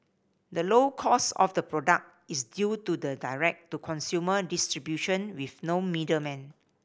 the low cost of the product is due to the direct to consumer distribution with no middlemen